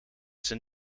zijn